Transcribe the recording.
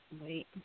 wait –